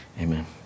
Amen